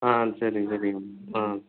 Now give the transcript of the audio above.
ஆ சரிங்க சரிங்க மேடம் ஆ